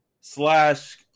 slash